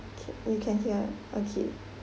you can hear okay